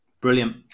brilliant